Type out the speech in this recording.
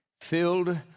filled